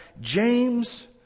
James